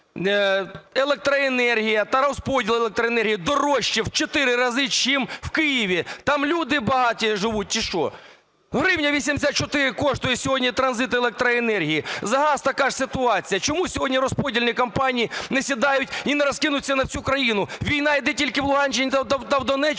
електроенергія та розподіл електроенергії дорожчі в 4 рази, ніж у Києві? Там люди багаті живуть, чи що? Гривня 84 коштує сьогодні транзит електроенергії. За газ така ж ситуація. Чому сьогодні розподільні компанії не сідають і не розкинуться на цю країну? Війна йде тільки в Луганщині та в Донеччині,